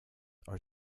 are